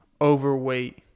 overweight